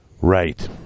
Right